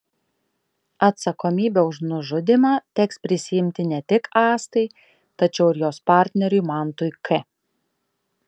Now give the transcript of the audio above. atsakomybę už nužudymą teks prisiimti ne tik astai tačiau ir jos partneriui mantui k